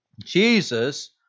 Jesus